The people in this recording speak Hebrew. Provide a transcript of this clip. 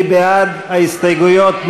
מי בעד ההסתייגויות?